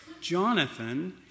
Jonathan